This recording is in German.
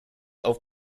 auf